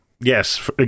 Yes